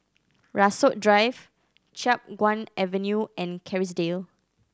Rasok Drive Chiap Guan Avenue and Kerrisdale